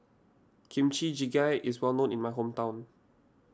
Kimchi Jjigae is well known in my hometown